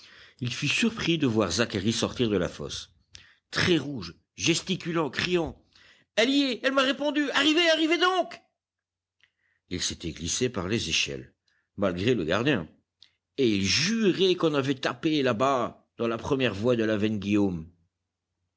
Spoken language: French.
il fut surpris de voir zacharie sortir de la fosse très rouge gesticulant criant elle y est elle m'a répondu arrivez arrivez donc il s'était glissé par les échelles malgré le gardien et il jurait qu'on avait tapé là-bas dans la première voie de la veine guillaume